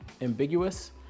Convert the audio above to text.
ambiguous